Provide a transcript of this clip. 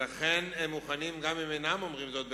ולכן הם מוכנים, גם אם אינם אומרים זאת בגלוי,